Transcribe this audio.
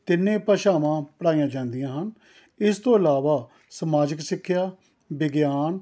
ਤਿੰਨੇ ਭਾਸ਼ਾਵਾਂ ਪੜ੍ਹਾਈਆਂ ਜਾਂਦੀਆ ਹਨ ਇਸ ਤੋਂ ਇਲਾਵਾ ਸਮਾਜਿਕ ਸਿੱਖਿਆ ਵਿਗਿਆਨ